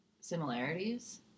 similarities